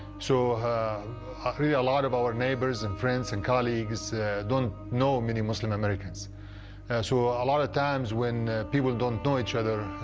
so a yeah lot of our neighbors and friends and colleagues don't know many muslim americans, and so a lot of times when people don't know each other,